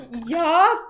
yuck